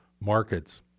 markets